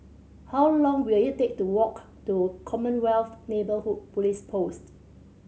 how long will it take to walk to Commonwealth Neighbourhood Police Post